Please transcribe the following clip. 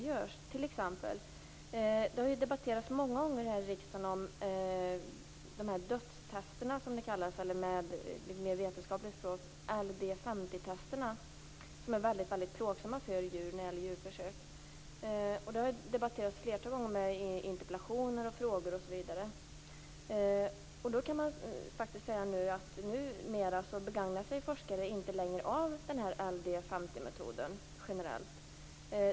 Här i riksdagen har det ju många gånger varit debatt om de s.k. dödstest - LD 50 testen, för att använda ett mera vetenskapligt språk - som är väldigt plågsamma för djur i samband med djurförsök. Sådana debatter har förts ett flertal gånger i samband med interpellationer, frågor osv. Numera begagnar sig forskare inte av LD 50 metoden.